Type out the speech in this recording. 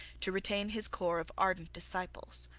to retain his corps of ardent disciples.